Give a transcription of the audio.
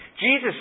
Jesus